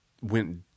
went